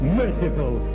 merciful